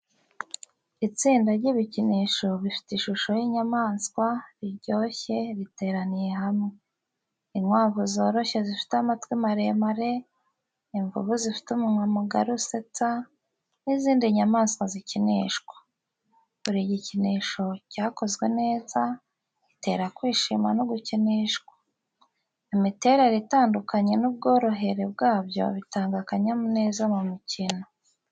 Itsinda ry’ibikinisho bifite ishusho y’inyamaswa, riryoshye riteraniye hamwe: inkwavu zoroshye zifite amatwi maremare, imvubu zifite umunwa mugari usetse, n’izindi nyamaswa zikinishwa. Buri gikinisho cyakozwe neza, gitera kwishima no gukinishwa. Imiterere itandukanye n’ubworohere bwabyo bitanga akanyamuneza mu mikino.